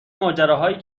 ماجراهایی